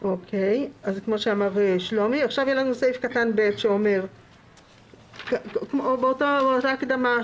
זו שאלה שלא באמת בחנו אותה לעומק.